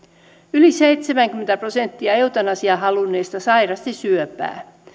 yli seitsemänkymmentä prosenttia eutanasiaa halunneista sairasti syöpää